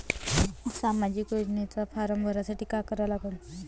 सामाजिक योजनेचा फारम भरासाठी का करा लागन?